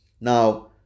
Now